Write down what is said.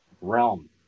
realm